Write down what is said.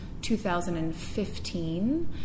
2015